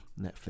Netflix